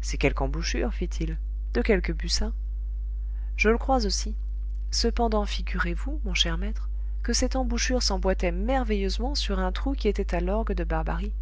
c'est quelque embouchure fit-il de quelque buccin je le crois aussi cependant figurez-vous mon cher maître que cette embouchure s'emboîtait merveilleusement sur un trou qui était à l'orgue de barbarie